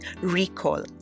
recall